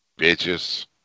bitches